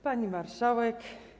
Pani Marszałek!